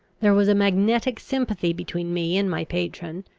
there was a magnetical sympathy between me and my patron,